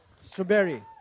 Strawberry